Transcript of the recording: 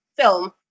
film